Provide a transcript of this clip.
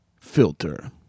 Filter